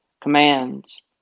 commands